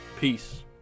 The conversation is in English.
peace